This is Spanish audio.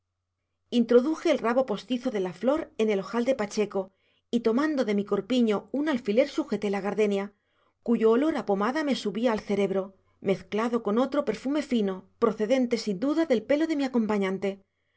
introduje el rabo postizo de la flor en el ojal de pacheco y tomando de mi corpiño un alfiler sujeté la gardenia cuyo olor a pomada me subía al cerebro mezclado con otro perfume fino procedente sin duda del pelo de mi acompañante